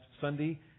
Sunday